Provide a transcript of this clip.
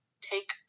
take